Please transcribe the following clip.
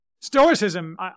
Stoicism